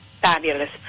Fabulous